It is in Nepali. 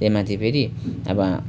त्यही माथि फेरि अब